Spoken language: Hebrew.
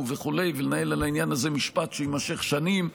וכו' ולנהל על העניין הזה משפט שיימשך שנים,